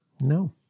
No